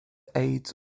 aides